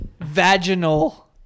vaginal